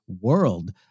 world